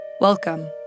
Welcome